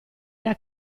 era